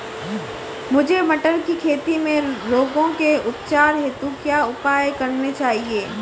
मुझे मटर की खेती में रोगों के उपचार हेतु क्या उपाय करने चाहिए?